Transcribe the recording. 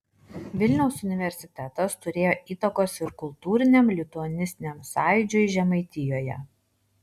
vilniaus universitetas turėjo įtakos ir kultūriniam lituanistiniam sąjūdžiui žemaitijoje